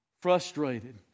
frustrated